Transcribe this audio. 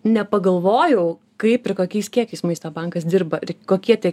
nepagalvojau kaip ir kokiais kiekiais maisto bankas dirba ir kokie tie